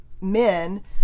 men